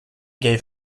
gave